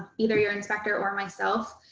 either your inspector or myself,